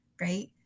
right